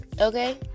Okay